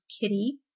kitty